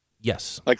Yes